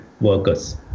workers